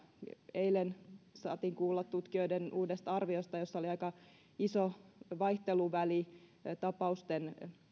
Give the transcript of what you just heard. eilen saatiin kuulla tutkijoiden uudesta arviosta jossa oli aika iso vaihteluväli tapausten